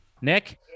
Nick